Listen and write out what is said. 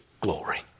glory